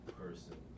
person